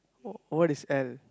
wha~ what is ale